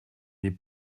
n’est